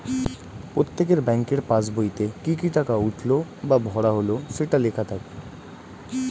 প্রত্যেকের ব্যাংকের পাসবইতে কি কি টাকা উঠলো বা ভরা হলো সেটা লেখা থাকে